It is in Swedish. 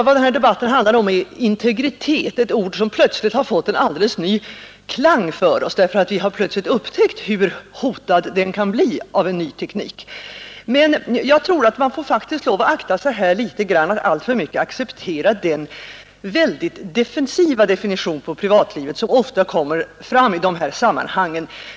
Vad denna debatt handlar om är integritet, ett ord som plötsligt fått en alldeles ny klang för oss, då vi plötsligt upptäckt att den kan bli hotad av en ny teknik. Men jag tror att vi får akta oss för att alltför mycket acceptera den väldigt defensiva definition på privatlivet som ofta kommer fram i dessa sammanhang.